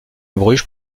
bruges